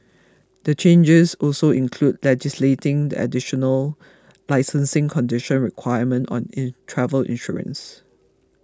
the changes also include legislating the additional licensing condition requirement on travel insurance